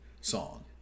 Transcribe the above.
song